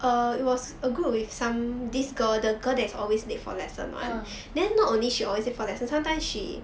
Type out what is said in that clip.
ah